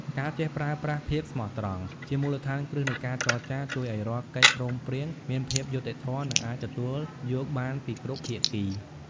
ការចេះប្រើប្រាស់ "ភាពស្មោះត្រង់" ជាមូលដ្ឋានគ្រឹះនៃការចរចា ជួយឱ្យរាល់កិច្ចព្រមព្រៀងមានភាពយុត្តិធម៌ និងអាចទទួលយកបានពីគ្រប់ភាគី។